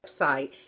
website